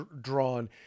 drawn